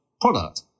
product